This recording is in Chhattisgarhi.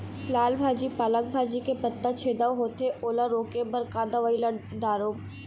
लाल भाजी पालक भाजी के पत्ता छेदा होवथे ओला रोके बर का दवई ला दारोब?